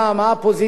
מה הפוזיציה,